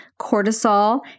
cortisol